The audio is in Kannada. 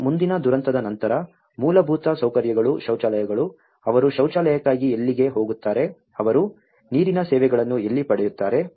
ಮತ್ತು ಮುಂದಿನ ದುರಂತದ ನಂತರ ಮೂಲಭೂತ ಸೌಕರ್ಯಗಳು ಶೌಚಾಲಯಗಳು ಅವರು ಶೌಚಾಲಯಕ್ಕಾಗಿ ಎಲ್ಲಿಗೆ ಹೋಗುತ್ತಾರೆ ಅವರು ನೀರಿನ ಸೇವೆಗಳನ್ನು ಎಲ್ಲಿ ಪಡೆಯುತ್ತಾರೆ